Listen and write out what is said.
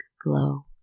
glow